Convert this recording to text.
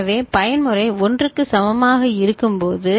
எனவே பயன்முறை 1 க்கு சமமாக இருக்கும்போது